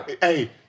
Hey